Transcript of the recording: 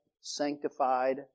sanctified